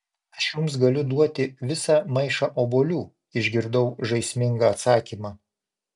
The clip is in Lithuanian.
aš jums galiu duoti visą maišą obuolių išgirdau žaismingą atsakymą